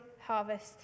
harvest